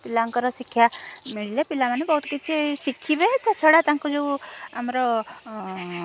ପିଲାଙ୍କର ଶିକ୍ଷା ମିଳିଲେ ପିଲାମାନେ ବହୁତ କିଛି ଶିଖିବେ ତା ଛଡ଼ା ତାଙ୍କୁ ଯେଉଁ ଆମର